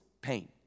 pain